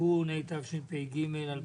התשפ"א 2021 (תיקון),